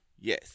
Yes